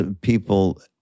people